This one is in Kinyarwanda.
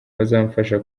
bazamfasha